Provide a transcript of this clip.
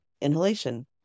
inhalation